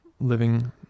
living